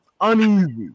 Uneasy